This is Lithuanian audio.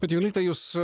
bet jolita jūs